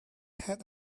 had